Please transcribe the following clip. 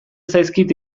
zaizkit